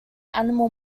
animal